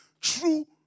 true